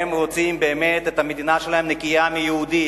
הם רוצים באמת את המדינה שלהם נקייה מיהודים.